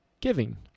giving